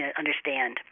understand